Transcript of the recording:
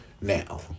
now